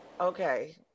Okay